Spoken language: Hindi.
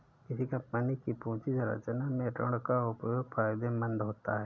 किसी कंपनी की पूंजी संरचना में ऋण का उपयोग फायदेमंद होता है